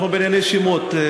אנחנו בענייני שמות.